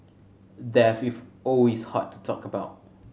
death is always hard to talk about